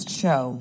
show